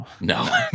No